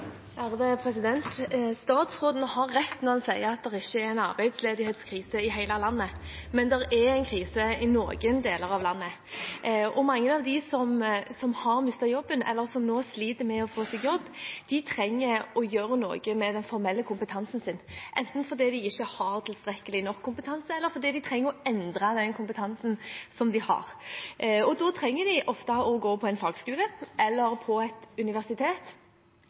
Statsråden har rett når han sier at det ikke er en arbeidsledighetskrise i hele landet. Men det er en krise i noen deler av landet. Mange av dem som har mistet jobben, eller som nå sliter med å få seg jobb, trenger å gjøre noe med den formelle kompetansen sin, enten fordi de ikke har tilstrekkelig kompetanse, eller fordi de trenger å endre den kompetansen de har. Da trenger de ofte å gå på en fagskole eller på et universitet.